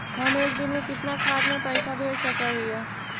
हम एक दिन में कितना खाता में पैसा भेज सक हिय?